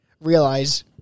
realize